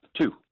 two